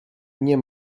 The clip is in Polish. nie